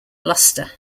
luster